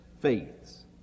faiths